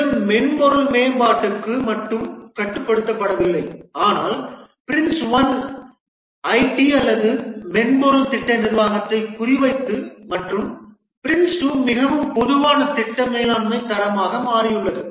இது மென்பொருள் மேம்பாட்டுக்கு மட்டும் கட்டுப்படுத்தப்படவில்லை ஆனால் PRINCE1 ஐடி அல்லது மென்பொருள் திட்ட நிர்வாகத்தை குறிவைத்தது மற்றும் PRINCE2 மிகவும் பொதுவான திட்ட மேலாண்மை தரமாக மாறியுள்ளது